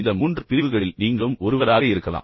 இந்த மூன்று பிரிவுகளில் நீங்களும் ஒருவராக இருக்கலாம்